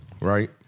right